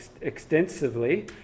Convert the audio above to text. extensively